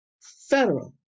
federal